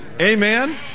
Amen